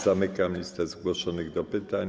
Zamykam listę zgłoszonych do pytań.